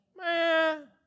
Man